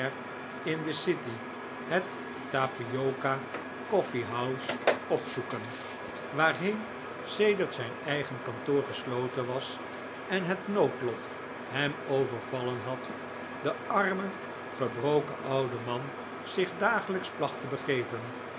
in de city het tapioca coffeehouse opzoeken waarheen sedert zijn eigen kantoor gesloten was en het noodlot hem overvallen had de arme gebroken oude man zich dagelijks placht te begeven